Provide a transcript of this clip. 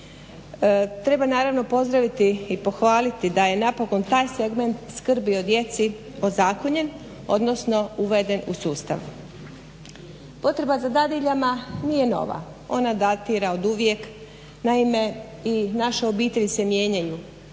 Treba naravno pozdraviti i pohvaliti da je napokon taj segment skrbi o djeci ozakonjen, odnosno uveden u sustav. Potreba za dadiljama nije nova, ona datira oduvijek, naime i naše obitelji se mijenjaju.